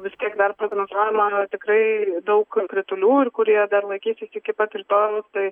vis tiek dar prognozuojama tikrai daug kritulių ir kurie dar laikysis iki pat rytojaus tai